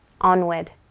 onward